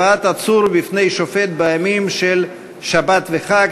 הבאת עצור בפני שופט בימים של שבת וחג),